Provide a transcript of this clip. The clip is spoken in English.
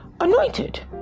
anointed